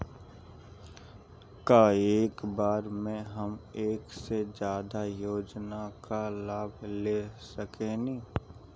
का एक बार में हम एक से ज्यादा योजना का लाभ ले सकेनी?